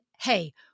hey